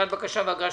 שנתית,